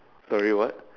sorry what